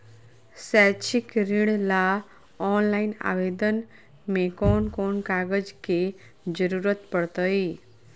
शैक्षिक ऋण ला ऑनलाइन आवेदन में कौन कौन कागज के ज़रूरत पड़तई?